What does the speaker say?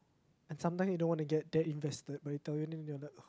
and sometimes you don't want to get that invested but they tell you then you're like